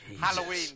Halloween